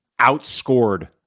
outscored